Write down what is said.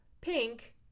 pink